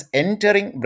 entering